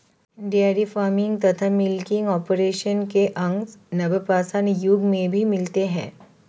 dairy farming तथा milking operation के अंश नवपाषाण युग में भी मिलते हैं